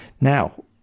now